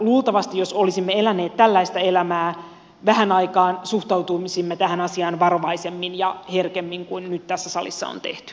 luultavasti jos olisimme eläneet tällaista elämää vähän aikaa suhtautuisimme tähän asiaan varovaisemmin ja herkemmin kuin nyt tässä salissa on tehty